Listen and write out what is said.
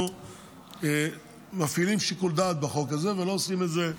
אנחנו מפעילים שיקול דעת בחוק הזה ולא עושים את זה,